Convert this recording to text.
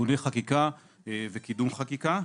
תיקוני חקיקה וקידום חקיקה.